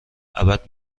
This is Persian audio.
ابد